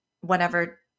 whenever